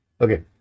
Okay